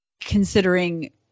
considering